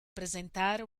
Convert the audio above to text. presentare